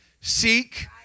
seek